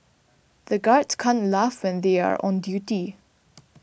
the guards can't laugh when they are on duty